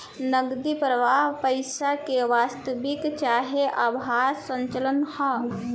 नगदी प्रवाह पईसा के वास्तविक चाहे आभासी संचलन ह